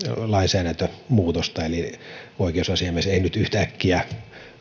lainsäädäntömuutosta eli oikeusasiamies ei nyt yhtäkkiä